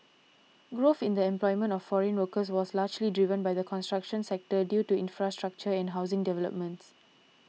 growth in the employment of foreign workers was largely driven by the construction sector due to infrastructure and housing developments